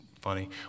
funny